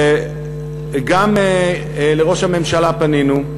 וגם לראש הממשלה פנינו,